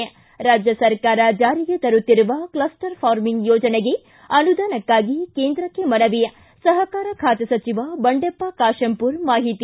ಿ ರಾಜ್ಯ ಸರ್ಕಾರ ಜಾರಿಗೆ ತರುತ್ತಿರುವ ಕ್ಲಸ್ಸರ್ ಫಾರ್ಮಿಂಗ್ ಯೋಜನೆಗೆ ಅನುದಾನಕ್ಕಾಗಿ ಕೇಂದ್ರಕ್ಷ ಮನವಿ ಸಹಕಾರ ಖಾತೆ ಸಚಿವ ಬಂಡೆಪ್ಪ ಕಾಶೆಂಪುರ ಮಾಹಿತಿ